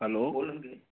hello